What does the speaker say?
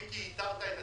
אני אדבר עם השר.